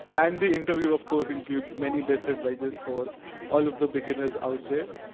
and the interview of course includes many best advices for all of the beginners out there.